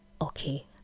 okay